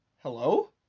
Hello